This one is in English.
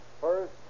First